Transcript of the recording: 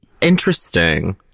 Interesting